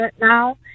now